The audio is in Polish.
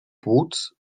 płuc